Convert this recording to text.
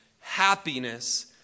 happiness